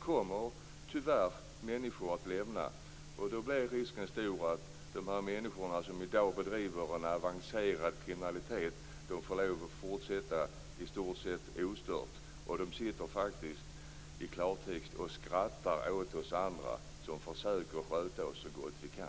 kommer tyvärr människor att lämna sina arbeten inom polisen och åklagarmyndigheterna. Då är risken stor att de människor som i dag bedriver en avancerad kriminalitet får lov att i stort sett ostörda fortsätta med det. De sitter faktiskt, för att tala klartext, och skrattar åt oss andra som försöker sköta oss så gott vi kan.